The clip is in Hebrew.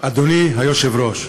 אדוני היושב-ראש,